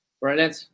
Brilliant